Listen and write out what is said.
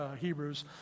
Hebrews